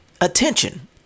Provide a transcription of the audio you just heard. attention